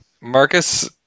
Marcus